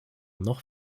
noch